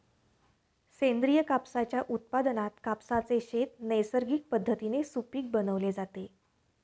सेंद्रिय कापसाच्या उत्पादनात कापसाचे शेत नैसर्गिक पद्धतीने सुपीक बनवले जाते